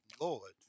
Lord